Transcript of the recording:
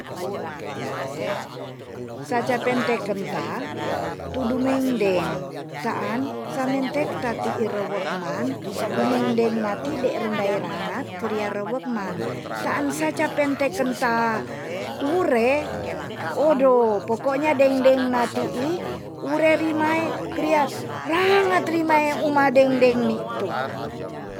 Sa ca penteken ta tu dumendeng taan samen tek ta tiir rewek man dumengdeng nati deer rendae ranga keria rewek man. taan sa ca pentekan ta uwure, odo pokoknya deing deng na ti'i ure rimae kria ranga trimae uma dendeng ni tu.